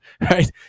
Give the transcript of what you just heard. Right